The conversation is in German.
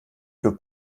für